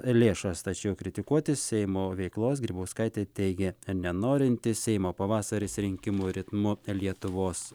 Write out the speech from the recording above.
lėšas tačiau kritikuoti seimo veiklos grybauskaitė teigė nenorinti seimo pavasario rinkimų ritmu lietuvos